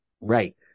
right